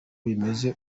bimeze